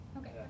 Okay